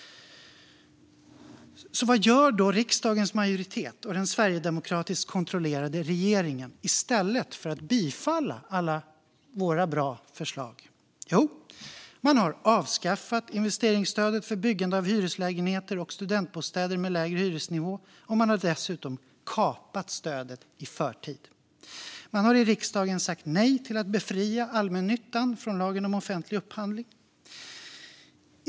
Vad gör då riksdagens majoritet och den sverigedemokratiskt kontrollerade regeringen i stället för att bifalla alla våra bra förslag? Jo, man har avskaffat investeringsstödet för byggande av hyreslägenheter och studentbostäder med lägre hyresnivå, och man har dessutom kapat stödet i förtid. Man har i riksdagen sagt nej till att befria allmännyttan från lagen om offentlig upphandling.